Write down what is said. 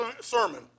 sermon